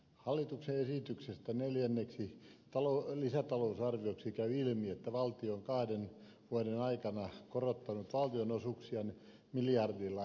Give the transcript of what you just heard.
hallituksen esityksestä neljänneksi lisätalousarvioksi käy ilmi että valtio on kahden vuoden aikana korottanut valtionosuuksia miljardilla eurolla